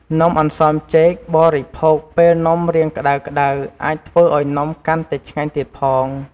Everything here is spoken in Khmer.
នំអន្សមចេកបរិភោគពេលនំរៀងក្ដៅៗអាចធ្វើឱ្យនំកាន់តែឆ្ងាញ់ទៀតផង។